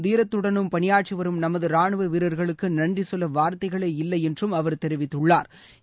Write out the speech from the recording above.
தீரத்துடனும் பனியாற்றிவரும் நமது ராணுவ வீரர்களுக்கு நன்றி சொல்ல வார்த்தைகளே இல்லை என்றும் அவர் தெரிவித்துள்ளாா்